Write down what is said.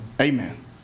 Amen